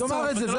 כל